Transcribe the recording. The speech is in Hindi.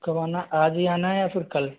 कब आना है आज ही आना है या फिर कल